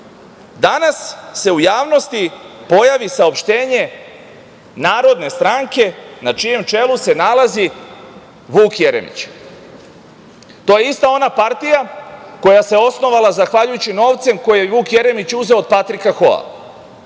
Danas se u javnosti pojavi saopštenje Narodne stranke na čijem čelu se nalazi Vuk Jeremić. To je ista ona partija koja se osnovala zahvaljujući novcem koji je Vuk Jeremić uzeo od Patrika Hoa.